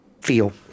feel